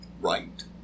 right